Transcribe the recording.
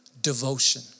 Devotion